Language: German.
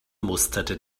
musterte